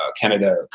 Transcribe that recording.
Canada